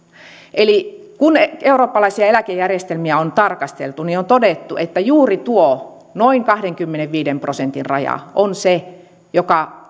eli kun eurooppalaisia eläkejärjestelmiä on tarkasteltu niin on todettu että juuri tuo noin kahdenkymmenenviiden prosentin raja on se joka